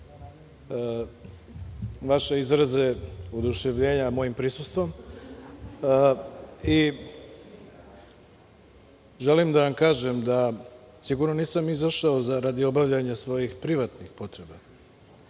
vaše izraze oduševljenja mojim prisustvom. Želim da vam kažem da sigurno nisam izašao radi obavljanja svojih privatnih potreba.